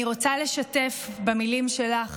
אני רוצה לשתף במילים שלך,